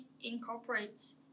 incorporates